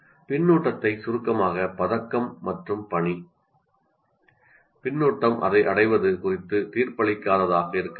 பின்னூட்டத்தை சுருக்கமாக பதக்கம் மற்றும் பணி பின்னூட்டம் அடைவது குறித்து தீர்ப்பளிக்காததாக இருக்க வேண்டும்